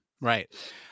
right